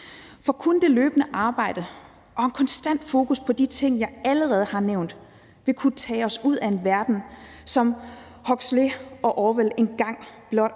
For kun det løbende arbejde og et konstant fokus på de ting, jeg allerede har nævnt, vil kunne tage os ud af en verden, som Huxley og Orwell engang